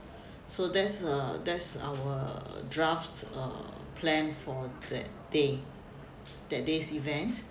so that's uh that's our draft uh plan for that day that day's event